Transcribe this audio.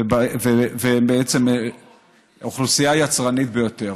ובעצם אוכלוסייה יצרנית ביותר.